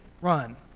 run